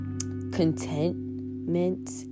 contentment